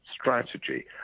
strategy